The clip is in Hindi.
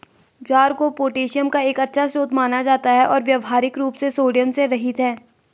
ज्वार को पोटेशियम का एक अच्छा स्रोत माना जाता है और व्यावहारिक रूप से सोडियम से रहित है